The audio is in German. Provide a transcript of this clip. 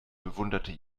bewunderte